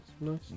nice